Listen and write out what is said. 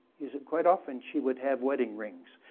is that quite often she would have wedding rings.